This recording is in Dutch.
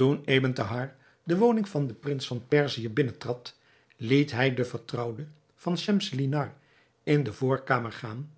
toen ebn thahar de woning van den prins van perzië binnentrad liet hij de vertrouwde van schemselnihar in de voorkamer gaan